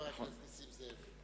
חבר הכנסת נסים זאב.